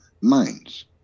minds